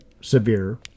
severe